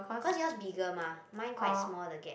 cause yours bigger mah mine quite small the gap